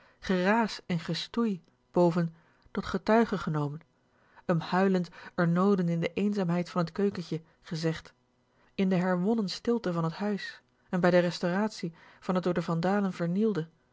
geraas en gestoei boven tot getuige genomen m huilend r nooden in de eenzaamheid van t keukentje gezegd in de herwonnen stilte van t huis en bij de restauratie van t door de